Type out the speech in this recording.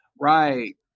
Right